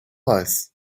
weiß